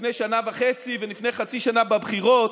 לפני שנה וחצי ולפני חצי שנה בבחירות,